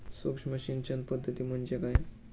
सूक्ष्म सिंचन पद्धती म्हणजे काय?